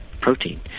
protein